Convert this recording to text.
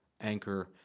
Anchor